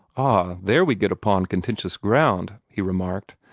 ah, there we get upon contentious ground, he remarked.